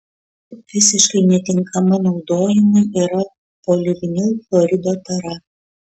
visiškai netinkama naudojimui yra polivinilchlorido tara